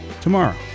tomorrow